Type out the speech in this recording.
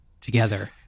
together